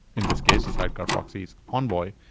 in this case, the sidecar proxy is envoy,